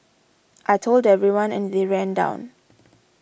I told everyone and they ran down